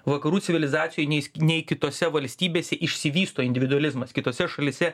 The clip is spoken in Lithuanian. vakarų civilizacijoj neis nei kitose valstybėse išsivysto individualizmas kitose šalyse